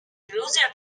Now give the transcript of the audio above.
iluzja